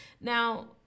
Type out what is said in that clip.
Now